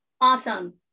awesome